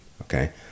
okay